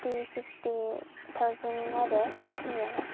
fifty sixty thousand आरो बेखिनियानो